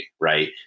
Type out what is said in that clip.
right